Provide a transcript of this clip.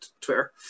Twitter